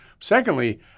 Secondly